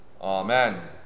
Amen